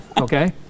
okay